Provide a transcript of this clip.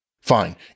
fine